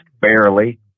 barely